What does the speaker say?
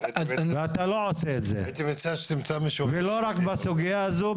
ואתה לא עושה את זה ולא רק בסוגיה הזו,